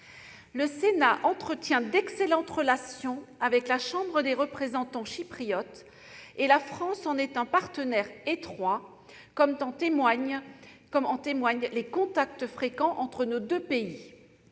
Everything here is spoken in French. Le Sénat entretient d'excellentes relations avec la Chambre des représentants chypriote, et la France en est un partenaire étroit, comme en témoignent les contacts fréquents entre nos deux pays.